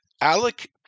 Alec